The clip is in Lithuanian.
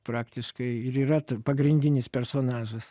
praktiškai ir yra pagrindinis personažas